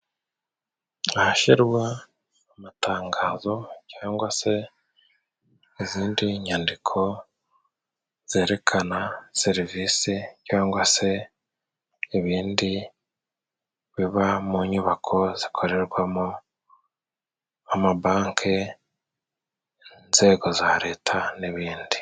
Ahashyirwa amatangazo cyangwa se izindi nyandiko zerekana serivisi cyangwa se ibindi biba mu nyubako zikorerwamo amabanki, inzego za Leta n'ibindi.